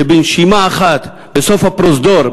שבנשימה אחת בסוף הפרוזדור,